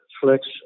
flex